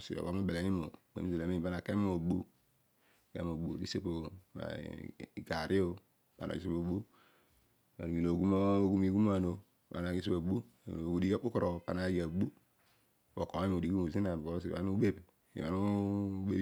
Osioghom obel amem o pana ke mo ogbo. igarri o urumolo oghum ighuman o pana ghiaagbo. ilo odighi okpukoro o panaaghi aagbo pookoiy odighimu zina because ibha ana ubebh